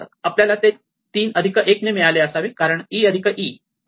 आपल्याला ते 3 अधिक 1 ने मिळाले असावे कारण e अधिक e